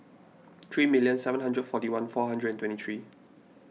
three million seven hundred forty one four hundred and thirty two